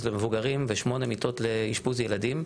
למבוגרים ושמונה מיטות לאשפוז ילדים.